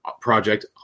project